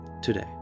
today